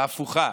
בהפוכה.